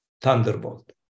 Thunderbolt